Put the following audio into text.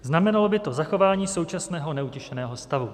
Znamenalo by to zachování současného neutěšeného stavu.